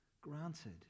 granted